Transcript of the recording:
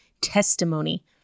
testimony